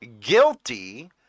guilty